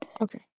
Okay